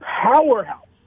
powerhouse